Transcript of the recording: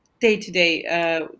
day-to-day